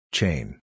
Chain